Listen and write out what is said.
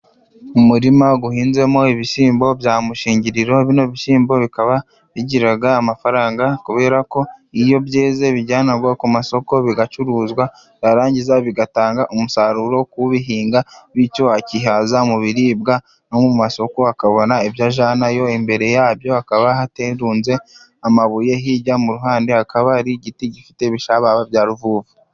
Umurima uhinzemo ibishyimbo bya mushingiriro, bino bishyimbo bikaba bigira amafaranga, kubera ko iyo byeze bijyanwa ku masoko, bigacuruzwa, byarangiza bigatanga umusaruro ku bihinga, bityo akihaza mu biribwa no mu masoko, akabona ibyo ajyanayo, imbere yabyo hakaba harunze amabuye, hirya mu ruhande hakaba hari igiti gifite ibishababa bya ruvuvu.